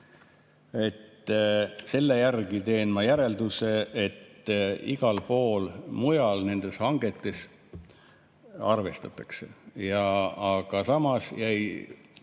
Selle järgi teen ma järelduse, et igal pool mujal nendes hangetes arvestatakse. Aga samas jäi